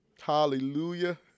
Hallelujah